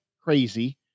crazy